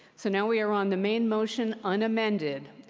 so now we are on the main motion, unamended.